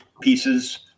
pieces